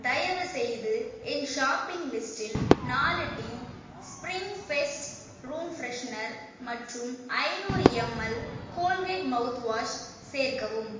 தயவு செய்து என் ஷாப்பிங் லிஸ்டில் நாலு tin spring fest room freshener மற்றும் ஐநூறு எம்எல் கோல்கேட் மௌத்வாஷ் சேர்க்கவும்